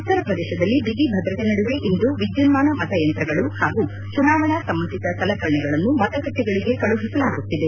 ಉತ್ತರ ಪ್ರದೇಶದಲ್ಲಿ ಬಿಗಿ ಭದ್ರತೆ ನಡುವೆ ಇಂದು ವಿದ್ಯುನ್ಮಾನ ಮತ ಯಂತ್ರಗಳು ಹಾಗೂ ಚುನಾವಣಾ ಸಂಬಂಧಿತ ಸಲಕರಣೆಗಳನ್ನು ಮತಗಟ್ಟೆಗಳಿಗೆ ಕಳುಹಿಸಲಾಗುತ್ತಿದೆ